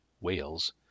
whales